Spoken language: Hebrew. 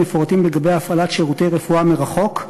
מפורטים להפעלת שירותי רפואה מרחוק,